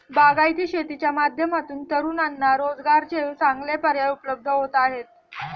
बागायती शेतीच्या माध्यमातून तरुणांना रोजगाराचे चांगले पर्याय उपलब्ध होत आहेत